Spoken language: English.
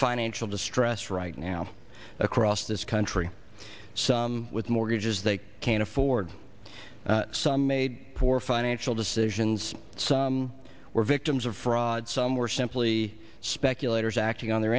financial distress right now across this country some with mortgages they can't afford some made poor financial decisions some were victims of fraud some were simply speculators acting on their